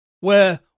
where